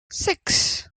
six